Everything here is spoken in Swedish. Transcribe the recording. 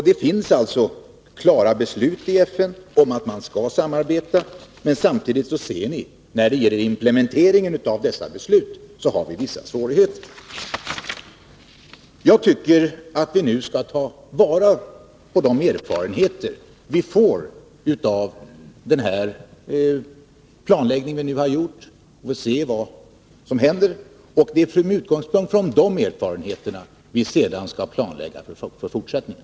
Det finns alltså klara beslut i FN om att man skall samarbeta. Men samtidigt ser vi att vi när det gäller implementeringen av dessa beslut har vissa svårigheter. Jag tycker att vi nu skall ta vara på erfarenheterna av vår planläggning och avvakta och se vad som händer. Det är med utgångspunkt i de erfarenheterna som vi sedan skall planlägga för fortsättningen.